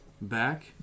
back